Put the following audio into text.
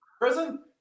Prison